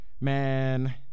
Man